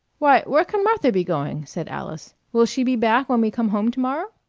why, where can martha be going? said alice. will she be back when we come home to-morrow?